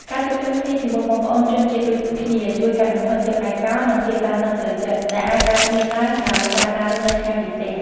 ការជួបជុំគ្នាជាមួយបងប្អូនជនជាតិដូចគ្នា ជួយកាត់បន្ថយភាពឯកោ និងភាពតានតឹងផ្លូវចិត្ត ដែលអាចកើតមានឡើងដោយសារការរស់នៅឆ្ងាយពីផ្ទះ ។